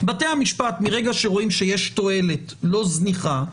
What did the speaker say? בתי המשפט מרגע שרואים שיש תועלת לא זניחה,